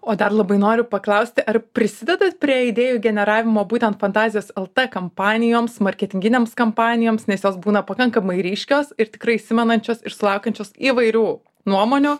o dar labai noriu paklausti ar prisidedat prie idėjų generavimo būtent fantazijos lt kampanijoms marketinginėms kampanijoms nes jos būna pakankamai ryškios ir tikrai įsimenančios ir sulaukiančios įvairių nuomonių